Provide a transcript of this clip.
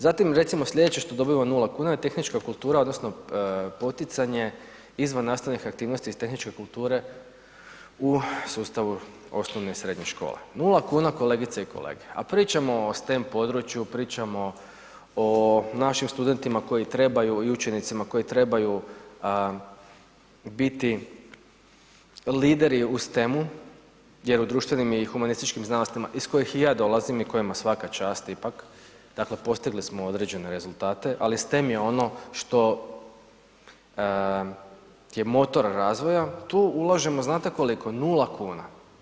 Zatim recimo slijedeće što dobiva 0,00 kn je tehnička kultura odnosno poticanje izvannastavnih aktivnosti iz tehničke kulture u sustavu osnovne i srednje škole, 0,00 kn kolegice i kolege, a pričamo o stem području, pričamo o našim studentima koji trebaju i učenicima koji trebaju biti lideri u stemu jer u društvenim i humanističkim znanostima, iz kojih i ja dolazim i kojima svaka čast ipak, dakle postigli smo određene rezultate, ali stem je ono što je motor razvoja, tu ulažemo znate koliko, 0,00 kn.